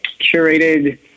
curated